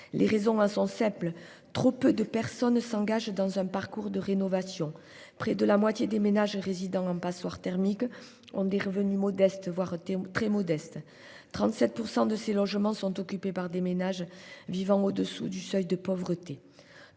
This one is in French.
Les raisons sont simples. Trop peu de personnes s'engagent dans un parcours de rénovation. Près de la moitié des ménages résidant en passoire thermique ont des revenus modestes, voire très modestes. Quelque 37 % de ces logements sont occupés par des ménages vivant en dessous du seuil de pauvreté.